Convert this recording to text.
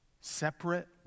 separate